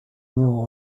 new